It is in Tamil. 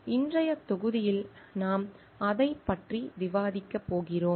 எனவே இன்றைய தொகுதியில் நாம் அதைப் பற்றி விவாதிக்கப் போகிறோம்